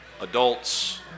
adults